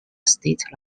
state